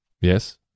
Yes